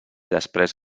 després